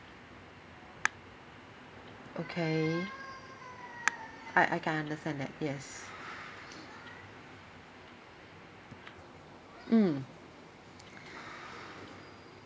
okay I I can understand that yes mm